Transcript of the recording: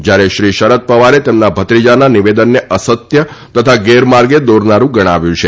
જ્યારે શ્રી શરદ પવારે તેમના ભત્રીજાના નિવેદનને અસત્ય તથા ગેરમાર્ગે દોરનારૃં ગણાવ્યું છે